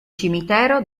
cimitero